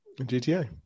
GTA